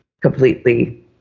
completely